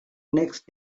next